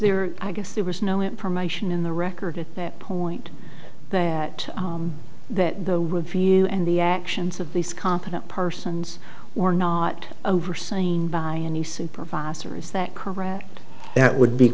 there i guess there was no information in the record at that point that that the review and the actions of these competent persons were not overseen by any supervisor is that correct that would be